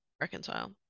reconcile